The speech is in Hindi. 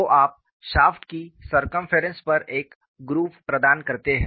तो आप शाफ्ट की सरकमफेरेंस पर एक ग्रूव प्रदान करते हैं